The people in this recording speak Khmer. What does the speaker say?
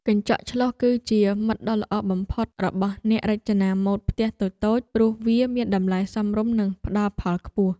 កញ្ចក់ឆ្លុះគឺជាមិត្តដ៏ល្អបំផុតរបស់អ្នករចនាម៉ូដផ្ទះតូចៗព្រោះវាមានតម្លៃសមរម្យនិងផ្តល់ផលខ្ពស់។